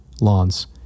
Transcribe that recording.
lawns